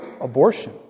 abortion